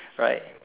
right